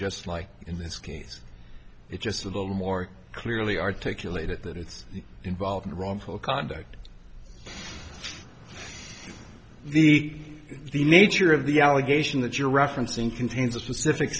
just like in this case it's just a little more clearly articulated that it's involved in a wrongful conduct the the nature of the allegation that you're referencing contains a